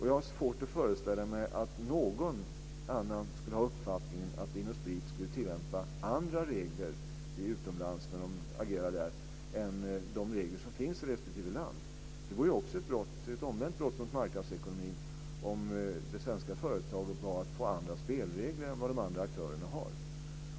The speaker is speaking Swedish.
Jag har svårt att föreställa mig att någon annan skulle ha uppfattningen att Vin & Sprit skulle tillämpa andra regler utomlands när man agerar där än de regler som finns i respektive land. Det vore ett omvänt brott mot marknadsekonomin om det svenska företaget bad att få andra spelregler än vad de andra aktörerna har.